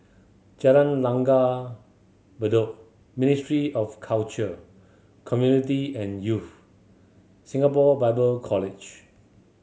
Jalan Langgar Bedok Ministry of Culture Community and Youth Singapore Bible College